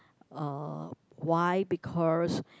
uh why because